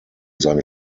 seine